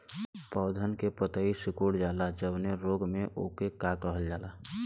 पौधन के पतयी सीकुड़ जाला जवने रोग में वोके का कहल जाला?